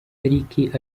rick